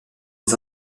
des